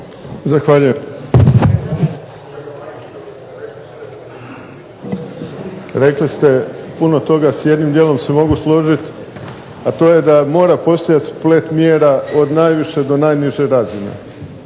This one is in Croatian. Zahvaljujem. Rekli ste puno toga. S jednim dijelom se mogu složiti, a to je da mora postojati splet mjera od najviše do najniže razine.